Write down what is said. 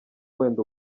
wenda